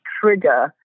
trigger